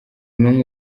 n’umwe